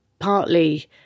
partly